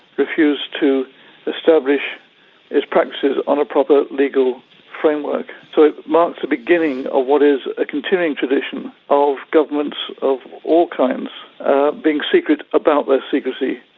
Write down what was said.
refused to establish its practices on a proper legal framework. so it marked the beginning of what is a continuing tradition of governments of all kinds being secret secret about their secrecy,